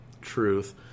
truth